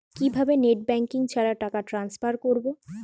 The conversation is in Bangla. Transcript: কিভাবে নেট ব্যাংকিং ছাড়া টাকা টান্সফার করব?